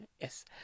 Yes